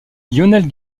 lionel